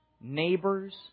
neighbors